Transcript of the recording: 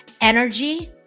energy